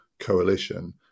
Coalition